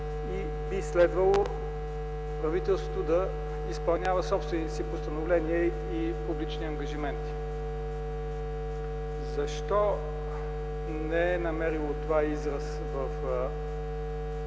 Би следвало правителството да изпълнява собствените си постановления и публични ангажименти. Не зная защо това не е